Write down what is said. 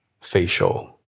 facial